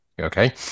okay